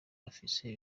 bafise